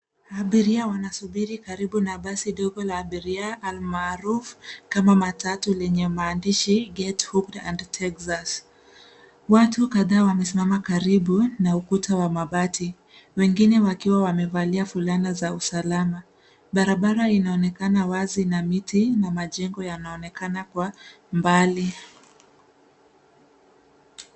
Abiria wana subiri karibu na basi dogo la abiria almaarufu kama matatu lenye maandishi Get hooked and Texas . Watu kadhaa wamesimama karibu na ukuta wa mabati, wengine wakiwa wamevalia fulana za usalama. Barabara ina onekana wazi na miti wa majengo yanaonekana kuwa mbali.